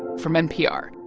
from npr.